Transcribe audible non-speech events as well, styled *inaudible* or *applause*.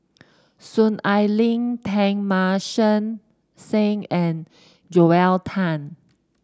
Soon Ai Ling Teng Mah *unintelligible* Seng and Joel Tan